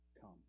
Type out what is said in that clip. come